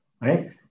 right